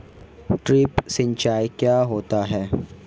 Drip सिंचाई क्या होती हैं?